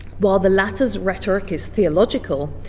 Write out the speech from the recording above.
while the latter's rhetoric is theological,